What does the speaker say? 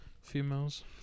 females